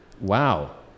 wow